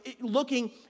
looking